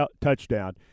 touchdown